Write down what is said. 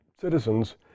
citizens